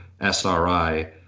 SRI